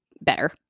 better